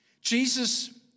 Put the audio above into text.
Jesus